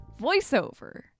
voiceover